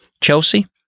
Chelsea